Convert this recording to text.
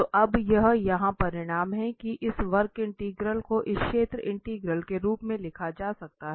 तो अब यह यहां परिणाम है कि इस वक्र इंटीग्रल को इस क्षेत्र इंटीग्रल के रूप में लिखा जा सकता है